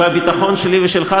והביטחון שלי ושלך,